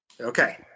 Okay